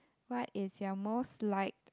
what is your most like